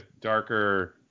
darker